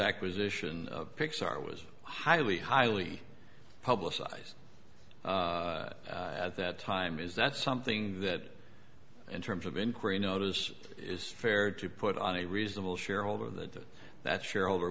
acquisition pixar was highly highly publicized at that time is that something that in terms of inquiry notice it is fair to put on a reasonable shareholder that that shareholder